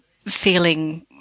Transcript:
feeling